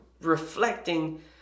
reflecting